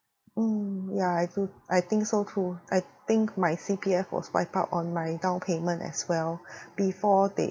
mm ya I do I think so too I think my C_P_F was wiped out on my downpayment as well before they